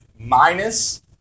Minus